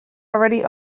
already